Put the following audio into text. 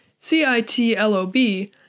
CITLOB